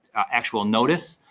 actual notice.